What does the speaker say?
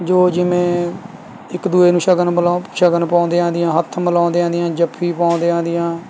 ਜੋ ਜਿਵੇਂ ਇੱਕ ਦੂਏ ਨੂੰ ਸ਼ਗਨ ਮਿਲਾ ਸ਼ਗਨ ਪਾਉਂਦਿਆ ਦੀਆਂ ਹੱਥ ਮਿਲਾਉਂਦਿਆਂ ਦੀਆਂ ਜੱਫੀ ਪਾਉਂਦਿਆਂ ਦੀਆਂ